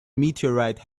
meteorite